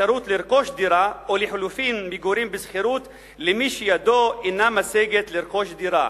או לחלופין מגורים בשכירות למי שידו אינה משגת לרכוש דירה,